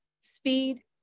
speed